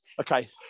Okay